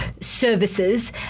services